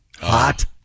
hot